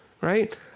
right